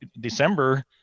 December